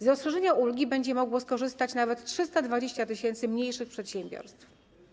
Z rozszerzenia ulgi będzie mogło skorzystać nawet 320 tys. mniejszych przedsiębiorstw.